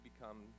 become